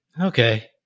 okay